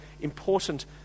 important